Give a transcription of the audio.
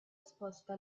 esposta